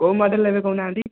କେଉଁ ମୋଡ଼େଲ୍ ନେବେ କହୁନାହାନ୍ତି